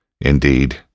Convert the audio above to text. Indeed